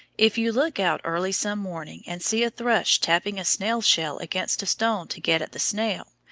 if you look out early some morning and see a thrush tapping a snail-shell against a stone to get at the snail,